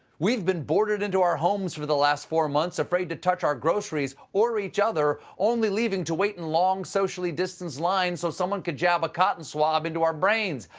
we've been boarded into our homes for the last four months afraid to touch our groceries or each other, only leaving to wait in long socially-distanced lines so someone can jab a cotton swab into our brains.